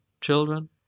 children